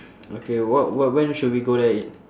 okay what what when should we go there eat